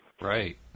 Right